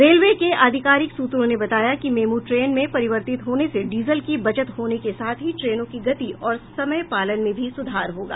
railway के आधिकारिक सूत्रों ने बताया कि मेमू ट्रेन में परिवर्तित होने से डीजल की बचत होने के साथ ही ट्रेनों की गति और समय पालन में भी सुधार होगा